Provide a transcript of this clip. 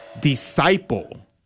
disciple